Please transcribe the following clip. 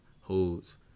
holds